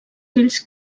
fills